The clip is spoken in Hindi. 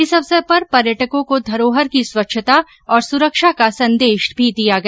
इस अवसर पर पर्यटकों को धरोहर की स्वच्छता और सुरक्षा का संदेश दिया गया